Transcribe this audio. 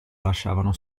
lasciavano